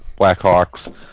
Blackhawks